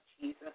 Jesus